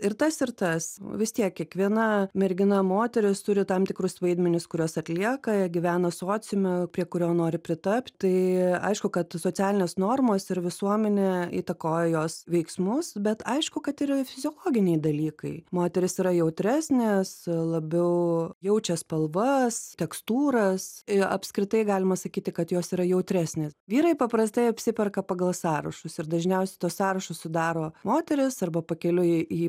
ir tas ir tas vis tiek kiekviena mergina moteris turi tam tikrus vaidmenis kuriuos atlieka gyvena sociume prie kurio nori pritapti tai aišku kad socialinės normos ir visuomenė įtakoja jos veiksmus bet aišku kad ir fiziologiniai dalykai moterys yra jautresnės labiau jaučia spalvas tekstūras ir apskritai galima sakyti kad jos yra jautresnės vyrai paprastai apsiperka pagal sąrašus ir dažniausiai tuos sąrašus sudaro moterys arba pakeliui į